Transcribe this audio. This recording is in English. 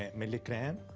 milligram.